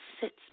sits